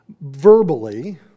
Verbally